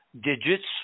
digits